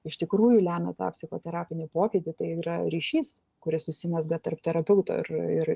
iš tikrųjų lemia tą psichoterapinį pokytį tai yra ryšys kuris užsimezga tarp terapeuto ir ir